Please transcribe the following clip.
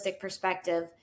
perspective